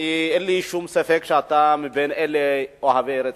אין לי ספק שאתה מאוהבי ארץ-ישראל.